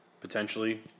potentially